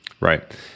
Right